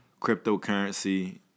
cryptocurrency